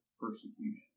persecution